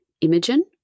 Imogen